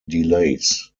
delays